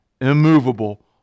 immovable